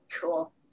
Cool